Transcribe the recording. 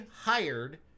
hired